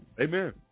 Amen